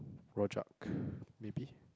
rojak maybe